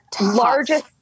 largest